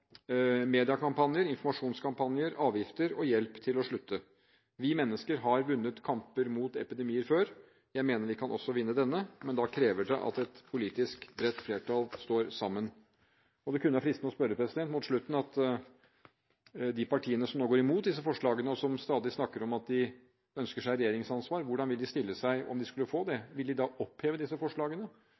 mediakampanjer, informasjonskampanjer, avgifter og hjelp til å slutte. Vi mennesker har vunnet kamper mot epidemier før. Jeg mener vi også kan vinne denne, men da krever det at et politisk bredt flertall står sammen. Det kunne til slutt være fristende å spørre de partiene som nå går imot disse forslagene, og som stadig snakker om at de ønsker seg et regjeringsansvar, hvordan de vil stille seg om de skulle få det. Vil de da oppheve disse forslagene?